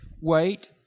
wait